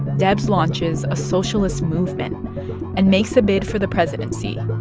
debs launches a socialist movement and makes a bid for the presidency